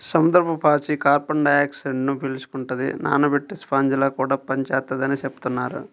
సముద్రపు పాచి కార్బన్ డయాక్సైడ్ను పీల్చుకుంటది, నానబెట్టే స్పాంజిలా కూడా పనిచేత్తదని చెబుతున్నారు